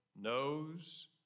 knows